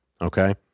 Okay